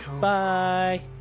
Bye